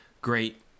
great